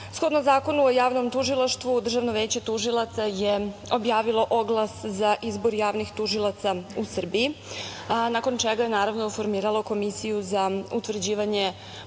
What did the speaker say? Zakonu o javnom tužilaštvu, Državno veće tužilaca je objavilo oglas za izbor javnih tužilaca u Srbiji, nakon čega je, naravno, formiralo Komisiju za utvrđivanje